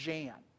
Jan